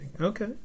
Okay